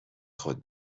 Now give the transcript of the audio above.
خود